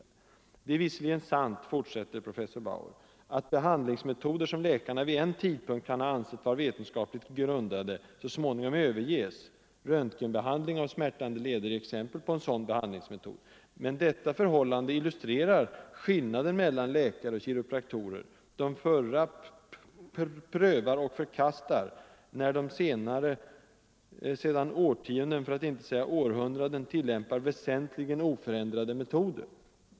Det är visserligen sant att behandlingsmetoder som läkarna vid en tidpunkt kan ha ansett vara vetenskapligt grundade så småningom överges — röntgenbehandling av smärtande leder är exempel på en sådan behandlingsmetod — men detta förhållande illustrerar skillnaden mellan läkare och kiropraktorer; de förra prövar och förkastar när de senare sedan årtionden för att inte säga århundraden tilllämpar väsentligen oförändrade metoder.